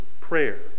prayer